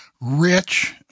rich